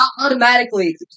automatically